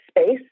space